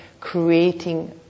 creating